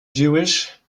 jewish